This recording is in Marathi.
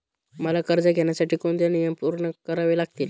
मला कर्ज घेण्यासाठी कोणते नियम पूर्ण करावे लागतील?